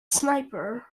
sniper